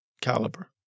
caliber